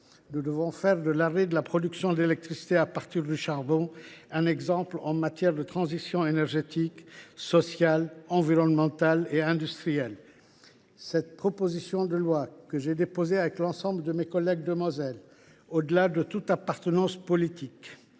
Nous devons faire de l’arrêt de la production d’électricité à partir du charbon un exemple en termes de transition énergétique, sociale, environnementale et industrielle. Cette proposition de loi, que j’ai déposée avec l’ensemble de mes collègues de Moselle, au delà de toute appartenance politique,